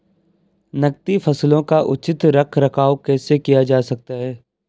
नकदी फसलों का उचित रख रखाव कैसे किया जा सकता है?